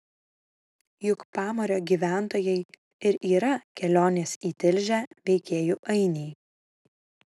juk pamario gyventojai ir yra kelionės į tilžę veikėjų ainiai